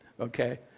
okay